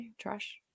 trash